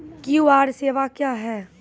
QR सेवा क्या हैं?